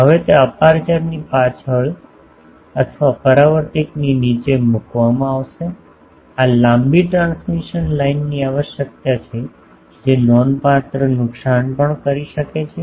હવે તે અપેર્ચર ની પાછળ અથવા પરાવર્તકની નીચે મૂકવામાં આવશે આ લાંબી ટ્રાન્સમિશન લાઇનની આવશ્યકતા છે જે નોંધપાત્ર નુકસાન પણ કરી શકે છે